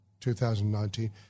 2019